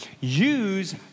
use